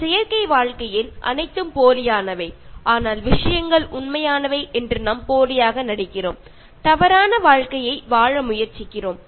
ஒரு செயற்கை வாழ்க்கையில் அனைத்தும் போலியானவை ஆனால் விஷயங்கள் உண்மையானவை என்று நாம் போலியாக நடிக்கிறோம் தவறான வாழ்க்கையை வாழ முயற்சிக்கிறோம்